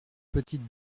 petite